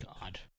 God